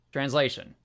Translation